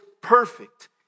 perfect